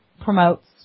promotes